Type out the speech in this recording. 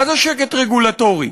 מה זה שקט רגולטורי?